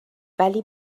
ولی